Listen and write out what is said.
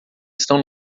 estão